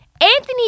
anthony